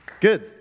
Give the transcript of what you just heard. Good